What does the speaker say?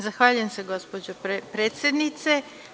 Zahvaljujem se, gospođo predsednice.